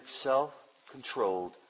self-controlled